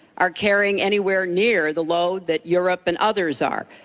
are carrying anywhere near the load that europe and others are.